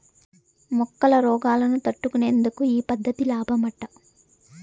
మొక్కల రోగాలను తట్టుకునేందుకు ఈ పద్ధతి లాబ్మట